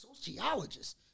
sociologists